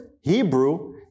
Hebrew